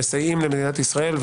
אתם מסייעים למדינת ישראל,